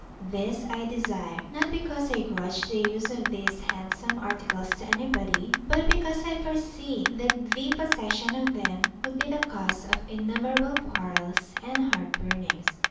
this i desire, not because i grudge the use of these handsome articles to anybody, but because i foresee that the possession of them would be the cause of innumerable quarrels and heart-burnings.